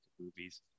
movies